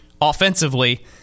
offensively